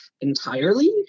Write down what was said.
entirely